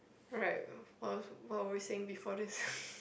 right what what were we saying before this